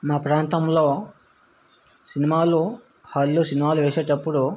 మా ప్రాంతంలో సినిమాలు హాల్ లో సినిమాలు వెసేటప్పుడు